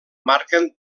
marquen